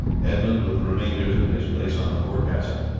edmund with the remainder took his place on the forecastle.